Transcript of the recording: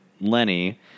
Lenny